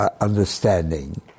understanding